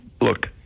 Look